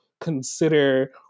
consider